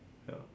ya